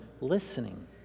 listening